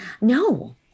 No